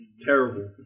Terrible